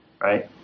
right